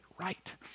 right